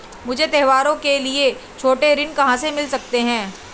मुझे त्योहारों के लिए छोटे ऋण कहां से मिल सकते हैं?